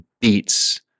beats